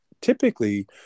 typically